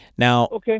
Now